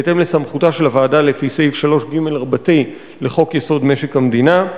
בהתאם לסמכותה של הוועדה לפי סעיף 3ג לחוק-יסוד: משק המדינה,